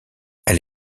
elle